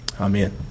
amen